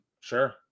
Sure